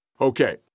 Okay